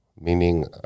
meaning